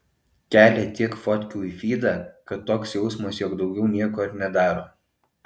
kelia tiek fotkių į fydą kad toks jausmas jog daugiau nieko ir nedaro